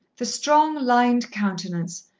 the strong, lined countenance,